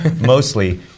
Mostly